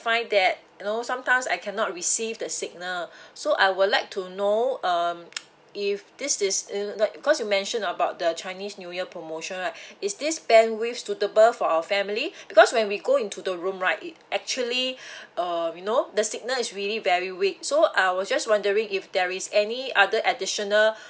find that you know sometimes I cannot receive the signal so I would like to know um if this this because you mention about the chinese new year promotion right is this bandwidth suitable for our family because when we go into the room right it actually uh you know the signal is really very weak so I was just wondering if there is any other additional